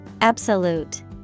Absolute